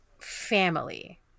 family